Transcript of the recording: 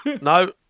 No